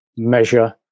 measure